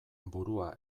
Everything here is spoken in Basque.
burua